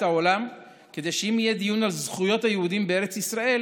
העולם כדי שאם יהיה דיון על זכויות היהודים בארץ ישראל